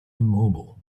immobile